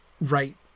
right